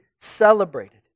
celebrated